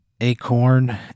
Acorn